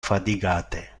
fatigate